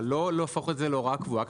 אבל לא להפוך את זה להוראה קבועה,